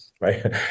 right